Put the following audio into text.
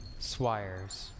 Swires